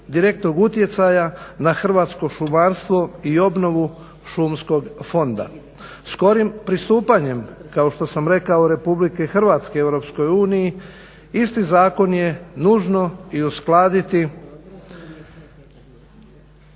direktnog utjecaja na hrvatsko šumarstvo i obnovu šumskog fonda. Skorim pristupanjem, kao što sam rekao Republike Hrvatske Europskoj uniji isti zakon je nužno i uskladiti,